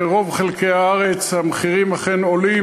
ברוב חלקי הארץ המחירים אכן עולים,